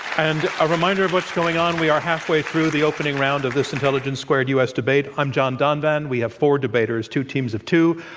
and a reminder of what's going on, we are halfway through the opening round of this intelligence squared u. u. s. debate. i'm john donvan. we have four debaters, two teams of two,